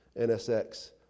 NSX